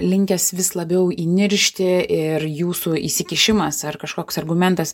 linkęs vis labiau įniršti ir jūsų įsikišimas ar kažkoks argumentas